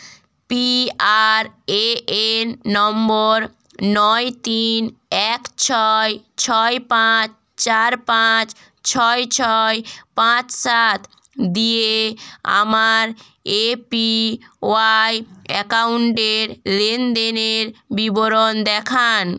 P R A N number নয় তিন এক ছয় ছয় পাঁচ চার পাঁচ ছয় ছয় পাঁচ সাত দিয়ে আমার এ পি ওয়াই অ্যাকাউন্টের লেনদেনের বিবরণ দেখান